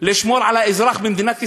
לשמור על האזרח במדינת ישראל,